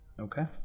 Okay